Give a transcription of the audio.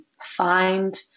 find